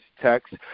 text